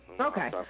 Okay